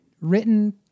Written